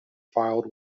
filed